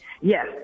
Yes